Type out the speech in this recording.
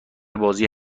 بازی